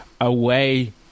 away